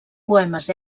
poemes